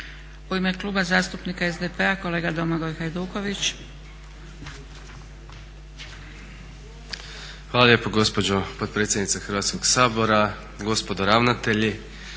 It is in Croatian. U ime Kluba zastupnika SDP-a, kolega Domagoj Hajduković. **Hajduković, Domagoj (SDP)** Hvala lijepo gospođo potpredsjednice Hrvatskoga sabora, gospodo ravnatelji,